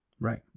right